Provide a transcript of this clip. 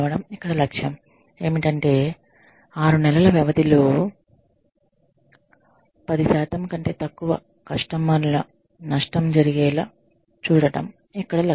ఇక్కడ లక్ష్యం ఏమిటంటే ఆరునెలల వ్యవధిలో 10 కంటే తక్కువ కస్టమర్ల నష్టం జరిగేలా చూడటం ఇక్కడ లక్ష్యం